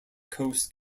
coast